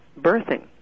birthing